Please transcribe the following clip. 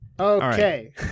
okay